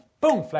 Boom